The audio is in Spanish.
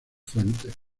fuentes